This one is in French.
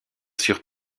sur